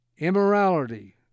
immorality